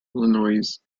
illinois